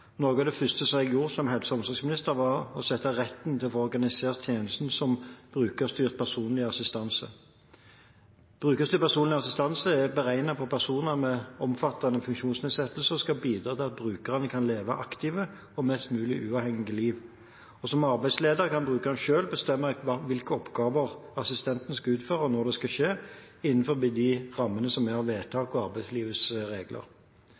Noe av det første jeg gjorde som helse- og omsorgsminister, var å sikre retten til å få organisert tjenestene som brukerstyrt personlig assistanse, BPA. Brukerstyrt personlig assistanse er beregnet på personer med omfattende funksjonsnedsettelser og skal bidra til at brukeren kan leve et aktivt og mest mulig uavhengig liv. Som arbeidsleder kan brukeren selv bestemme hvilke oppgaver assistenten skal utføre, og når det skal skje – innenfor rammen av vedtaket og arbeidslivets regler.